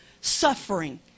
suffering